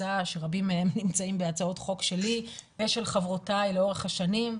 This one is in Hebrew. שרבים מהם נמצאים בהצעות חוק שלי ושל חברותיי לאורך השנים,